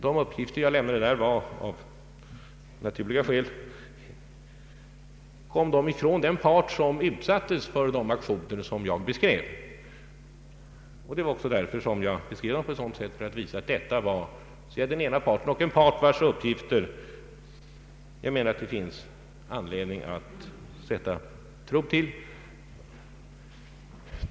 De uppgifter jag där lämnade kom av naturliga skäl från den part som utsattes för de aktioner jag beskrev. Jag beskrev dem på ett sådant sätt för att visa att detta var den ena parten och en part vars uppgifter det enligt min mening finns anledning att sätta tro till.